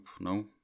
no